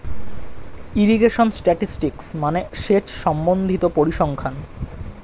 irrigation statistics মানে সেচ সম্বন্ধিত পরিসংখ্যান